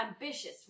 ambitious